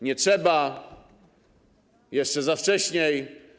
Nie trzeba, jeszcze za wcześnie.